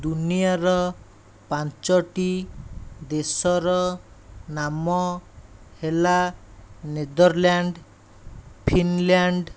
ଦୁନିଆର ପାଞ୍ଚଟି ଦେଶର ନାମ ହେଲା ନେଦରଲ୍ୟାଣ୍ଡସ୍ ଫିନ୍ଲ୍ୟାଣ୍ଡ